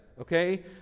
okay